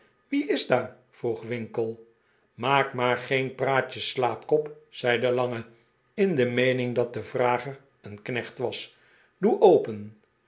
wie is daar vroeg winkle maak maar geen praatjes slaapkop zei de lange in de meening dat de vrager een knecht was doe open